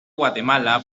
guatemala